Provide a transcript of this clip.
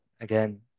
again